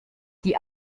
die